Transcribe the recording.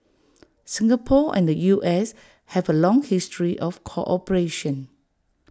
Singapore and the U S have A long history of cooperation